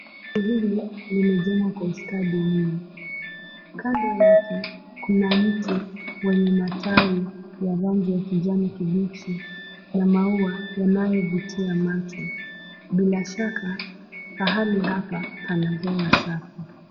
Jengo limejengwa kwa mno ustadi kando yake kuna mti wenye matawi ya rangi ya kijani kibichi na maua yanaayo vutia macho bila shaka mahali hapa pana hewa safi.